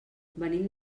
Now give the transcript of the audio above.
venim